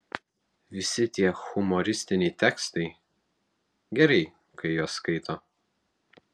visi tie humoristiniai tekstai gerai kai juos skaito